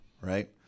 right